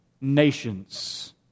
Nations